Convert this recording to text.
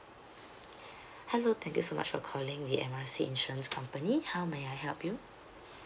hello thank you so much for calling the M R C insurance company how may I help you